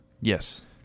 Yes